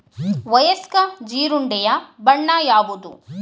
ವಯಸ್ಕ ಜೀರುಂಡೆಯ ಬಣ್ಣ ಯಾವುದು?